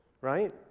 right